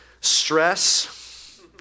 stress